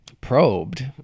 probed